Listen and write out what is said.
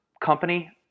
company